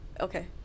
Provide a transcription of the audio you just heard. okay